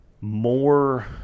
more